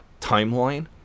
timeline